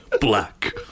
Black